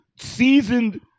seasoned